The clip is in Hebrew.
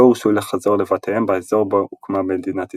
לא הורשו לחזור לבתיהם באזור בו הוקמה מדינת ישראל.